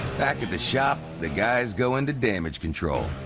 back at the shop, the guys go into damage control.